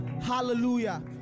Hallelujah